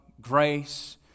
grace